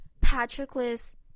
Patroclus